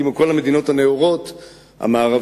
כמו כל המדינות הנאורות המערביות,